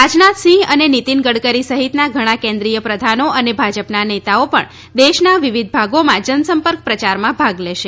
રાજનાથ સિંહ અને નીતિન ગડકરી સહિતના ઘણા કેન્દ્રીય પ્રધાનો અને ભાજપના નેતાઓ પણ દેશના વિવિધ ભાગોમાં જનસંપર્ક પ્રચારમાં ભાગ લેશે